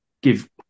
give